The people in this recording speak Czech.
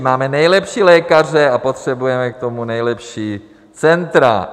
Máme nejlepší lékaře a potřebujeme k tomu nejlepší centra.